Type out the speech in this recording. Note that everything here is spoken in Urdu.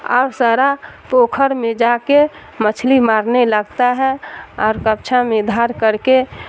اور سارا پوکھر میں جا کے مچھلی مارنے لگتا ہے اور کپچھا میں دھر کر کے